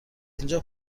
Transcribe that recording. اینجا